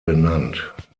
benannt